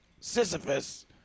Sisyphus